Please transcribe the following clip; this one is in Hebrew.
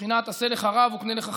בבחינת עשה לך רב וקנה לך חבר.